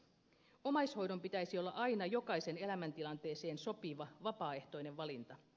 omaishoidon pitäisi olla aina jokaisen elämäntilanteeseen sopiva vapaaehtoinen valinta